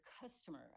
customer